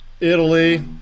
Italy